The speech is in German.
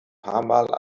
paarmal